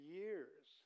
years